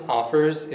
offers